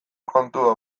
kontua